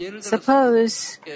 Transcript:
Suppose